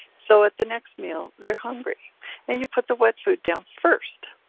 so at the next meal they're hungry and you put the wet food down first,